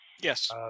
Yes